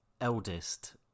eldest